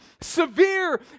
severe